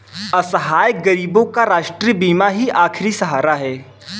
असहाय गरीबों का राष्ट्रीय बीमा ही आखिरी सहारा है